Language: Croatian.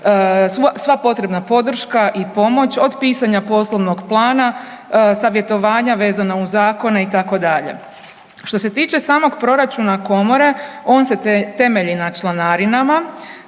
sva potrebna podrška i pomoć od pisanja poslovnog plana, savjetovanja vezana uz zakone itd. Što se tiče samog proračuna komore on se temelji na članarinama,